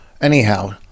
Anyhow